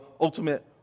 ultimate